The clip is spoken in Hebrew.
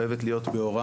חייבת להיות בהוראה,